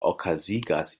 okazigas